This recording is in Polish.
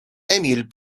emil